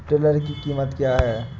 Tiller की कीमत क्या है?